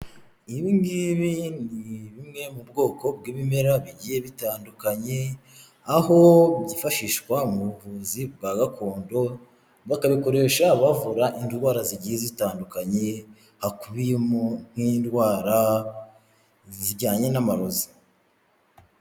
Ibi ngibi ni bimwe mu bwoko bw'ibimera bigiye bitandukanye, aho byifashishwa mu buvuzi bwa gakondo, bakabikoresha bavura indwara zigiye zitandukanye hakubiyemo nk'indwara zijyanye n'amarozi.